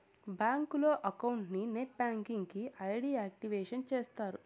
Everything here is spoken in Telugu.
బ్యాంకులో అకౌంట్ కి నెట్ బ్యాంకింగ్ కి ఐ.డి యాక్టివేషన్ చేస్తారు